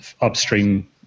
upstream